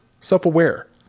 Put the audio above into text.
self-aware